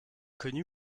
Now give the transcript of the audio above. connu